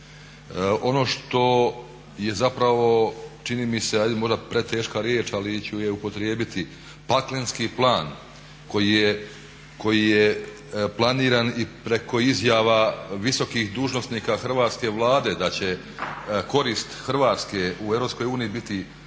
Ono što je zapravo čini mi se, ajde možda preteška riječ ali ću je upotrijebiti paklenski plan koji je planiran i preko izjava visokih dužnosnika hrvatske Vlade da će korist Hrvatske u